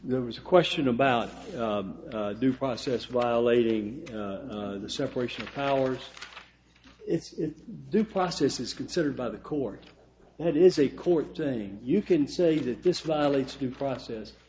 there was a question about due process violating the separation of powers it's due process is considered by the court it is a court thing you can say that this violates the process